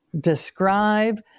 describe